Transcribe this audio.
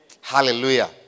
Hallelujah